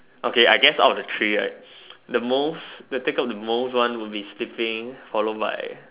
okay I guess out the three right the most the take out the most one would be sleeping followed by